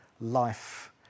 life